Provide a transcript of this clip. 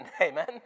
amen